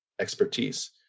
expertise